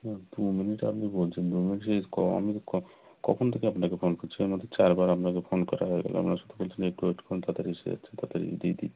হুম দু মিনিট আপনি বলছেন আমি সে ক আমি কখন থেকে আপনাকে ফোন করছি এর মধ্যে চার বার আপনাকে ফোন করা হয়ে গেল আপনারা শুধু বলছেন একটু ওয়েট করুন তাড়াতাড়ি এসে যাচ্ছে তাড়াতাড়ি দিয়ে দিচ্ছি